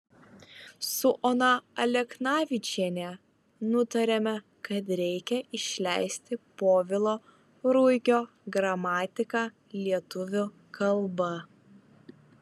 su ona aleknavičiene nutarėme kad reikia išleisti povilo ruigio gramatiką lietuvių kalba